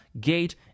gate